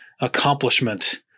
accomplishment